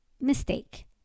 mistake